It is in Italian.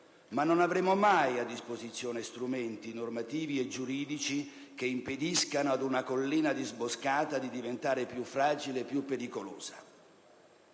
ma non avremo mai a disposizione strumenti normativi e giuridici che impediscano ad una collina disboscata di diventare più fragile e più pericolosa.